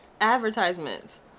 advertisements